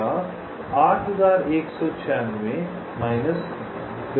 13 8196 92 है